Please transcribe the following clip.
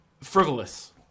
frivolous